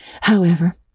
However